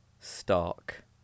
stark